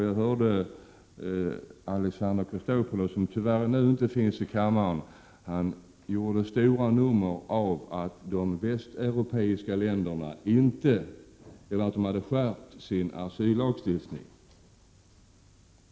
Jag hörde att Alexander Chrisopoulos, som nu tyvärr inte finns i kammaren, gjorde ett stort nummer av att de västeuropeiska länderna hade skärpt sin asyllagstiftning.